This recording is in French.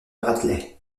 bradley